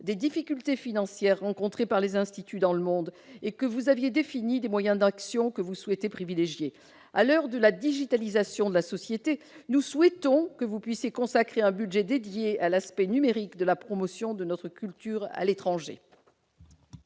des difficultés financières rencontrées par les instituts dans le monde et que vous aviez défini des moyens d'action que vous souhaitez privilégier. À l'heure de digitalisation de la société, nous souhaitons que vous puissiez consacrer un budget dédié à l'aspect numérique de la promotion de notre culture à l'étranger.